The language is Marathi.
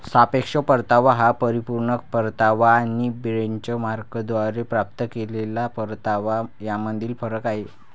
सापेक्ष परतावा हा परिपूर्ण परतावा आणि बेंचमार्कद्वारे प्राप्त केलेला परतावा यामधील फरक आहे